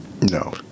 No